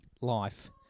Life